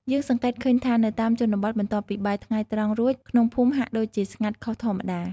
យើងសង្កេតឃើញថា នៅតាមជនបទ បន្ទាប់ពីបាយថ្ងៃត្រង់រួច ក្នុងភូមិហាក់ដូចជាស្ងាត់ខុសធម្មតា។